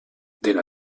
den